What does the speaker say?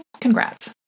congrats